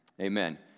amen